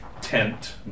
tent